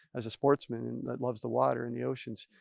as a sportsman and that loves the water in the oceans.